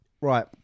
Right